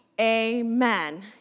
amen